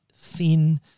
thin